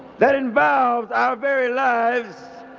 that involves our very lives.